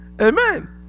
Amen